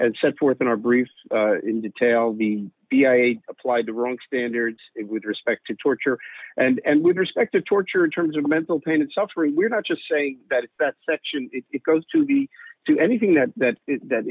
as set forth in our briefs in detail the i applied the wrong standard it with respect to torture and with respect to torture in terms of mental pain and suffering we're not just saying that that section it goes to be to anything that that that